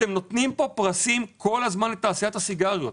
אתם נותנים פה פרסים לתעשיית הסיגריות.